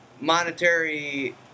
monetary